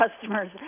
customers